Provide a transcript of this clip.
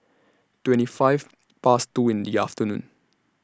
twenty five Past two in The afternoon